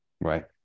Right